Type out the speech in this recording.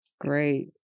Great